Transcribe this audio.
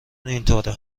اینطوره